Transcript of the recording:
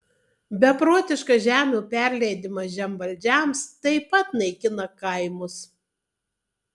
beprotiškas žemių perleidimas žemvaldžiams taip pat naikina kaimus